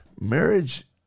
marriage